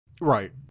Right